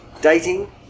dating